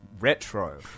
retro